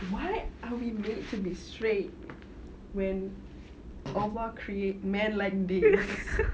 why are we made to be straight when allah create men like this